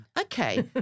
okay